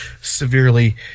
severely